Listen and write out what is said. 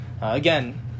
Again